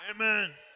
Amen